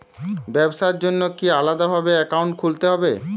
ব্যাবসার জন্য কি আলাদা ভাবে অ্যাকাউন্ট খুলতে হবে?